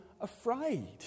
afraid